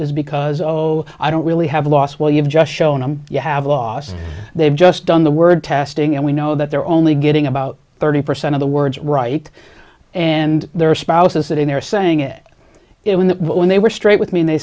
is because oh oh i don't really have lost well you've just shown them you have lost they've just done the word testing and we know that they're only getting about thirty percent of the words right and their spouses sitting there saying it it when the when they were straight with me they